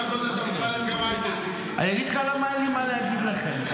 אין לי מה להגיד לכם,